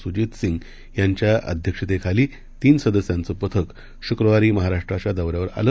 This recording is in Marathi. सुजीतसिंगयांच्याअध्यक्षतेखालीतीनसदस्यांचंपथकशुक्रवारीमहाराष्ट्राच्यादौऱ्यावरआलं